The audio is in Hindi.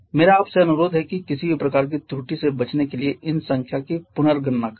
मेरा आपसे अनुरोध है कि किसी भी प्रकार की त्रुटि से बचने के लिए इन संख्या की पुनर्गणना करें